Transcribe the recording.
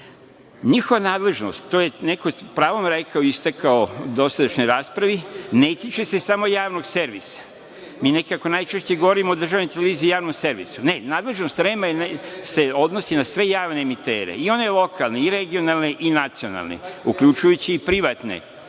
stranke. Njihova nadležnost, tj. s pravom je neko istakao u dosadašnjoj raspravi ne tiče se samo Javnog servisa. Mi nekako najčešće govorimo o državnoj televiziji Javnom servisu, ne, nadležnost REM-a se odnosi na sve javne emitere i one lokalne i regionalne i nacionalne, uključujući i privatne,